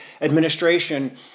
administration